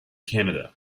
canada